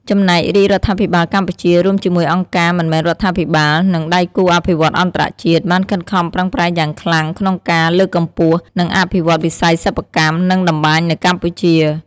ចំណែករាជរដ្ឋាភិបាលកម្ពុជា រួមជាមួយអង្គការមិនមែនរដ្ឋាភិបាល និងដៃគូអភិវឌ្ឍន៍អន្តរជាតិ បានខិតខំប្រឹងប្រែងយ៉ាងខ្លាំងក្នុងការ លើកកម្ពស់ និងអភិវឌ្ឍន៍វិស័យសិប្បកម្ម និងតម្បាញនៅកម្ពុជា។